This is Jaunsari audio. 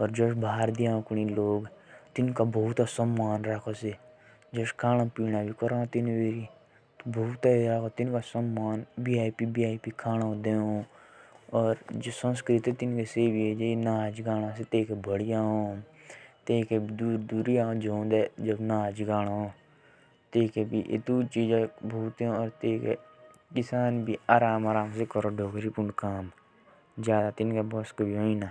विदेश दी लोग तेइके काम करदे जाओ। कइ कि तेइके आचे पैसे कमाओ।